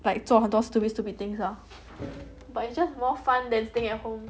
like 做很多 stupid stupid things lah but it's just more fun than staying at home